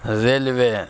railway